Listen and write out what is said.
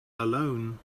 alone